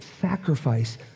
sacrifice